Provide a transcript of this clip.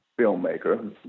filmmaker